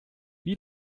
wie